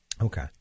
Okay